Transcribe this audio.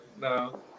no